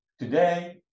Today